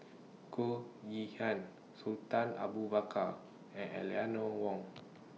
Goh Yihan Sultan Abu Bakar and Eleanor Wong